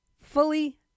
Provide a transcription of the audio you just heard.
fully